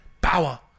power